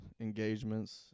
engagements